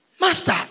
Master